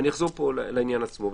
ואני אחזור פה לעניין עצמו.